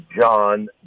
John